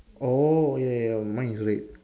oh ya ya ya mine is red